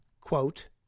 Quote